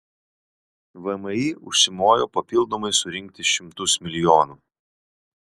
vmi užsimojo papildomai surinkti šimtus milijonų